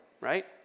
right